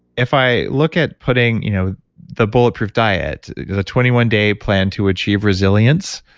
if i look at putting you know the bulletproof diet, the twenty one day plan to achieve resilience,